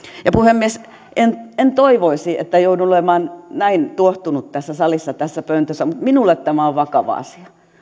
puhemies en en toivoisi että joudun olemaan näin tuohtunut tässä salissa ja tässä pöntössä mutta minulle tämä on vakava asia